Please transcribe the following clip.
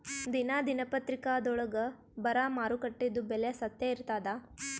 ದಿನಾ ದಿನಪತ್ರಿಕಾದೊಳಾಗ ಬರಾ ಮಾರುಕಟ್ಟೆದು ಬೆಲೆ ಸತ್ಯ ಇರ್ತಾದಾ?